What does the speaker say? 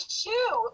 shoe